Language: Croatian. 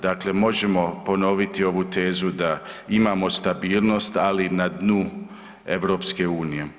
Dakle, možemo ponoviti ovu tezu da imamo stabilnost, ali na dnu EU.